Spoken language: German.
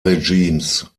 regimes